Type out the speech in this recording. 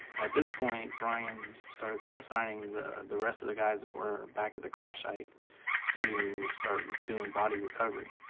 at this point, brian starts assigning the, the rest of the guys that were back at the crash site to start and doing body recovery,